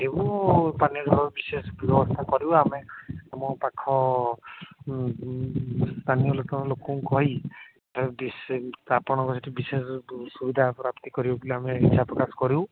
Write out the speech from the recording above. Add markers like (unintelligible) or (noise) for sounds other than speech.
ଏବଂ ପାନୀୟ ଜଳର ବିଶେଷ ବ୍ୟବସ୍ଥା କରିବୁ ଆମେ ଆମ ପାଖ ସ୍ଥାନୀୟ ଲୋକଙ୍କୁ କହି ବି ଆପଣଙ୍କ ସେଇଠି ବିଶେଷ ସୁବିଧା (unintelligible) କରିବୁ ବୋଲି ଆମେ ଇଛା ପ୍ରକାଶ କରିବୁ